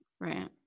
Right